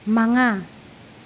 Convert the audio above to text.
ꯃꯉꯥ